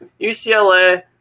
UCLA